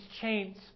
chains